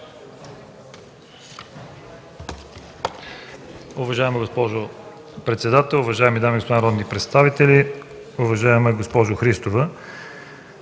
Уважаема госпожо председател, уважаеми дами и господа народни представители, уважаема госпожо Христова!